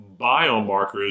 biomarkers